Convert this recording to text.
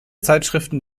zeitschriften